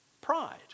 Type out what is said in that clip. pride